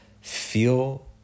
feel